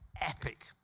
epic